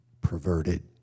perverted